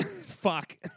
Fuck